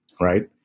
right